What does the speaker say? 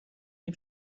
nie